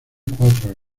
cuatro